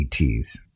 ETs